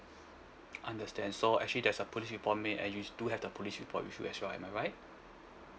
understand so actually there's a police report made and you do have the police report with you as well am I right